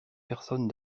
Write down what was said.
personnes